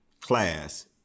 class